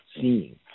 seeing